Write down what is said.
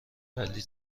ولی